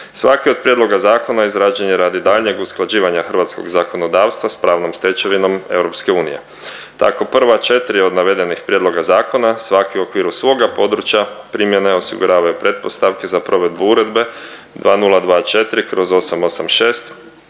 Svaki od prijedloga zakona izrađen je radi daljnjeg usklađivanja hrvatskog zakonodavstva s pravnom stečevinom EU. Tako prva 4 od navedenih prijedloga zakona, svaki u okviru svoga područja primjene, osiguravaju pretpostavke za provedbu uredbe 2024/886